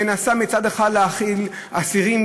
מנסה מצד אחד להאכיל אסירים,